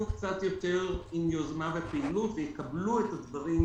קצת יותר עם יוזמה ופעילות ויקבלו את הדברים